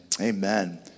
Amen